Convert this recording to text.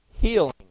healing